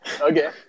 Okay